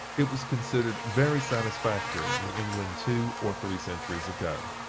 it was considered very satisfactory in england two or three centuries ago.